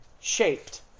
shaped